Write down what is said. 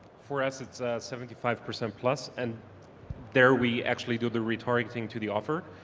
for us it's seventy five percent plus and there, we actually do the retargeting to the offer.